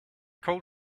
called